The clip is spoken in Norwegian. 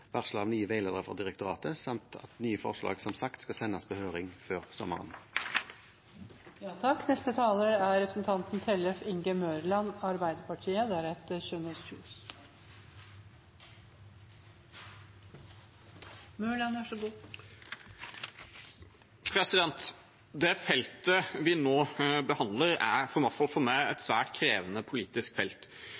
nye veiledere fra direktoratet, samt at nye forslag som sagt skal sendes på høring før sommeren. Det feltet vi nå behandler, er, i hvert fall for meg, et svært krevende politisk felt, og det tror jeg gjelder for mange. For